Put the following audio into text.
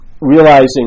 realizing